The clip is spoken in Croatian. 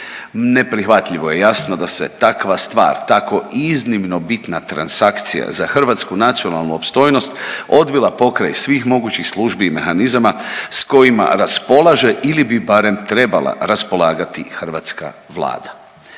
Neprihvatljivo je i jasno da se takva stvar tako iznimno bitna transakcija za hrvatsku nacionalnu opstojnost odvila pokraj svih mogućih službi i mehanizama s kojima raspolaže ili bi barem trebala raspolagati hrvatska vlada.